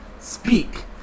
Speak